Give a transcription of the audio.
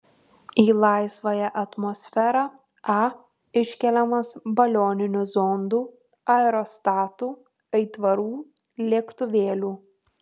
į laisvąją atmosferą a iškeliamas balioninių zondų aerostatų aitvarų lėktuvėlių